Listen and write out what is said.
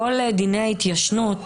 כל דיני ההתיישנות,